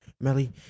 Melly